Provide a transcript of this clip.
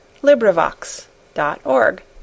LibriVox.org